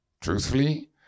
truthfully